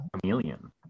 chameleon